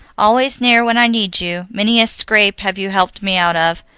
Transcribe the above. always near when i need you. many a scrape have you helped me out of,